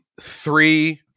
three